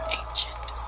ancient